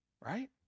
Right